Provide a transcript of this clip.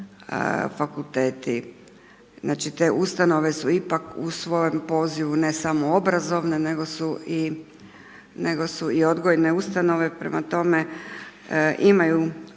fakulteti. Znači te ustanove su ipak u svojem pozivu, ne samo obrazovne, nego su i odgojne ustanove, prema tome, imaju